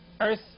Earth